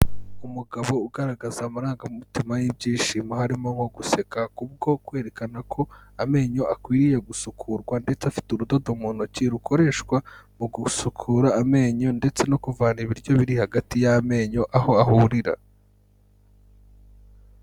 Umugabo ugaragaza amarangamutima y'ibyishimo harimo nko guseka, ku bwo kwerekana ko amenyo akwiriye gusukurwa ndetse afite urudodo mu ntoki rukoreshwa mu gusukura amenyo ndetse no kuvana ibiryo biri hagati y'amenyo aho ahurira.